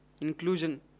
inclusion